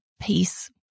peace